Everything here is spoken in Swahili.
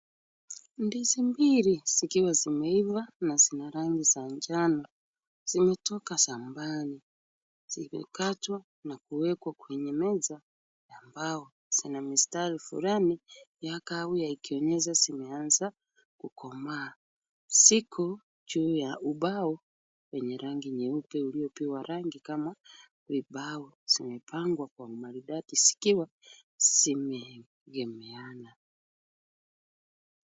Ndizi mbili zikiwa zimeiva na zina rangi za njano zimetoka shambani. Zimekatwa na kuwekwa kwenye meza ya mbao. Zina mistari fulani ya kahawia ikionyesha zimeanza kukomaa. Ziko juu ya ubao wenye rangi nyeupe uliopigwa rangi kama vibao. Zimepangwa kwa umaridadi zikiwa zimeegemeana.